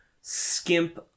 skimp